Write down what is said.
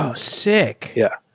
ah sick! yeah.